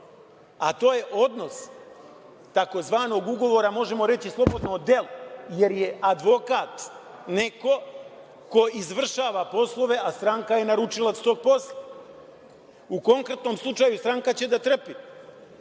a to je odnos tzv. ugovora, možemo reći slobodno delo, jer je advokat neko ko izvršava poslove, a stranka je naručilac tog posla. U konkretnom slučaju stranka će da trpi. Šta